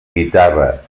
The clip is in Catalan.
guitarra